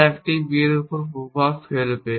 যা একটি b এর উপর প্রভাব ফেলবে